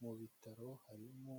Mu bitaro harimo